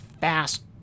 fast